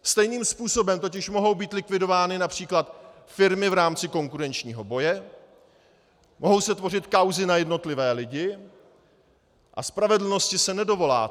Stejným způsobem totiž mohou být likvidovány například firmy v rámci konkurenčního boje, mohou se tvořit kauzy na jednotlivé lidi, a spravedlnosti se nedovoláte.